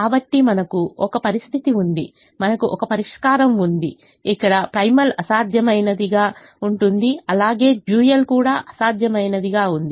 కాబట్టి మనకు ఒక పరిస్థితి ఉంది మనకు ఒక పరిష్కారం ఉంది ఇక్కడ ప్రైమల్ అసాధ్యమైనదిగా ఉంటుంది అలాగే డ్యూయల్ కూడా అసాధ్యమైనదిగా ఉంది